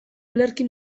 olerki